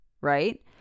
right